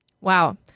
Wow